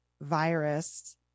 virus